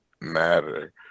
matter